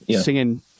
singing